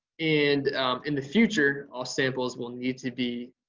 and in the future all samples will need to be